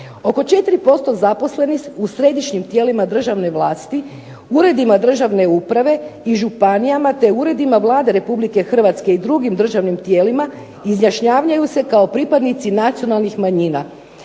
Oko 4% zaposlenih u središnjim tijelima državne vlasti, uredima državne uprave i županijama, te uredima Vlade Republike Hrvatske i drugim državnim tijelima izjašnjavaju se kao pripadnici nacionalnih manjina.